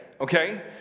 Okay